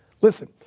Listen